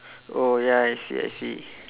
oh ya I see I see